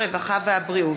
הרווחה והבריאות.